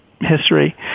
History